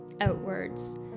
outwards